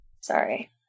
Sorry